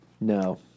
No